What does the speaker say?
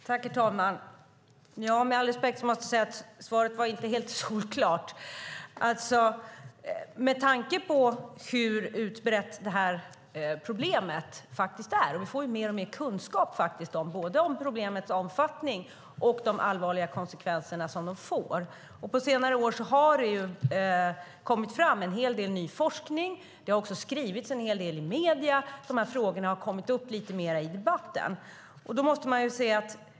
Herr talman! Med all respekt måste jag säga att svaret inte var helt solklart. Det här problemet är utbrett, och vi får mer och mer kunskap om både problemets omfattning och de allvarliga konsekvenser det får. På senare år har det kommit fram en hel del ny forskning. Det har också skrivits en hel del i medierna. De här frågorna har kommit upp lite mer i debatten.